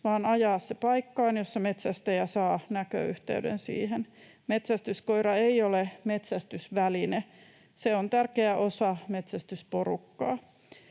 vaan ajaa se paikkaan, jossa metsästäjä saa näköyhteyden siihen. Metsästyskoira ei ole metsästysväline. Se on tärkeä osa metsästysporukkaa.